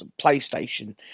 PlayStation